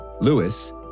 Lewis